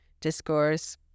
discourse